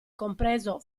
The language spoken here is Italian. compreso